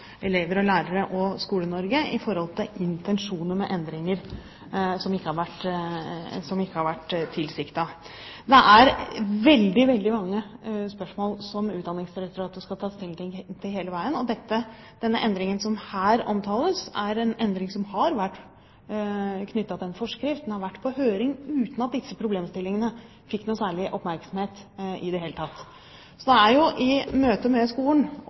til veldig mange spørsmål hele veien, og denne endringen som her omtales, er en endring som har vært knyttet til en forskrift. Den har vært på høring uten at disse problemstillingene fikk noe særlig oppmerksomhet i det hele tatt. Så det er i møtet med skolen